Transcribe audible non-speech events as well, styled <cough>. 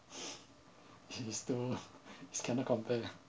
<breath> is still <laughs> is cannot compare ah